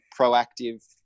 proactive